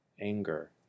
anger